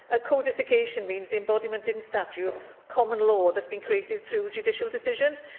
ah codification means the embodiment in statute of common law that's been created through judicial decisions.